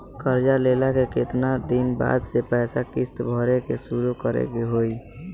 कर्जा लेला के केतना दिन बाद से पैसा किश्त भरे के शुरू करे के होई?